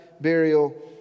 burial